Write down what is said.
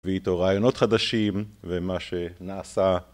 ואיתו רעיונות חדשים, ומה שנעשה.